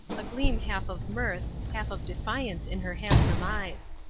a gleam half of mirth, half of defiance in her handsome eyes.